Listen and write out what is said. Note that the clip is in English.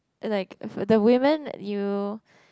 like for the women you